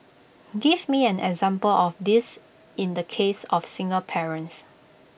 give me an example of this in the case of single parents